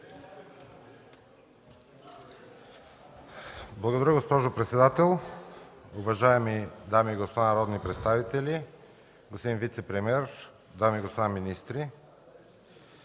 Благодаря, госпожо председател. Уважаеми дами и господа народни представители, господин вицепремиер, дами и господа министри!